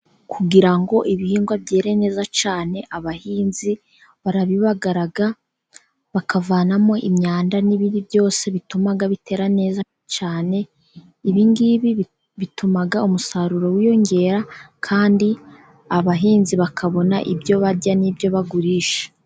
Kugira ngo ibihingwa byere neza cyane abahinzi barabibagara, bakavanamo imyanda n'ibindi byose bituma bitera neza cyane. Ibi ngibi bituma umusaruro wiyongera, kandi abahinzi bakabona ibyo barya n'ibyo bagurisha.